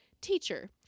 Teacher